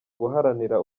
guharanira